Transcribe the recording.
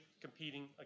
competing